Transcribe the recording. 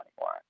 anymore